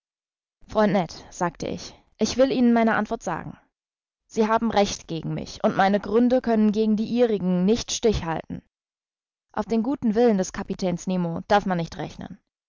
freund ned sagte ich ich will ihnen meine antwort sagen sie haben recht gegen mich und meine gründe können gegen die ihrigen nicht stich halten auf den guten willen des kapitäns nemo darf man nicht rechnen